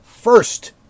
First